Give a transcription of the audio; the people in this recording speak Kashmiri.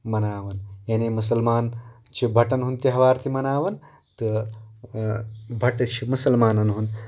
مناوان یعنی مُسلمان چھ بَٹن ہُنٛد تہوار تہِ مناوان تہٕ بَٹہٕ چھِ مُسلمانَن ہُنٛد